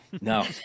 No